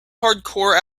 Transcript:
hardcore